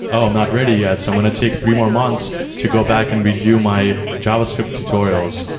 i'm not ready yet. so i'm going to take three more months to go back and redo my javascript tutorials.